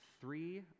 three